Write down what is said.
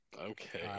okay